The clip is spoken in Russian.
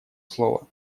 слово